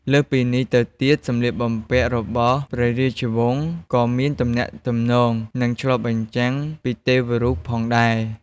លើសពីនេះទៅទៀត សម្លៀកបំពាក់របស់ព្រះរាជវង្សក៏មានទំនាក់ទំនង និងឆ្លុះបញ្ចាំងពីទេវរូបផងដែរ។